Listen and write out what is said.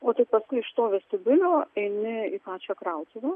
o tik paskui iš to vestibiulio eini į pačią krautuvę